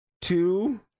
Two